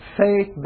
faith